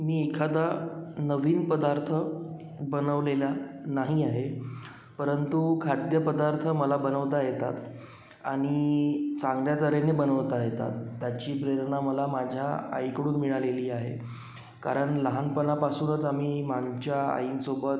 मी एखादा नवीन पदार्थ बनवलेला नाही आहे परंतु खाद्यपदार्थ मला बनवता येतात आणि चांगल्या तऱ्हेने बनवता येतात त्याची प्रेरणा मला माझ्या आईकडून मिळालेली आहे कारण लहानपणापासूनच आम्ही मान्च्या आईसोबत